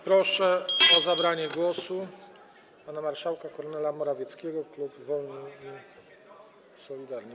Proszę o zabranie głosu [[Gwar na sali, dzwonek]] pana marszałka Kornela Morawieckiego, klub Wolni i Solidarni.